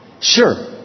Sure